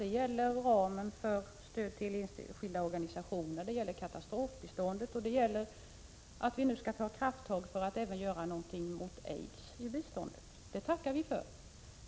De gäller ramen för stöd till enskilda organisationer, katastrofbiståndet och de krafttag som vi nu skall ta för att göra något åt aids genom biståndet. Det tackar vi för.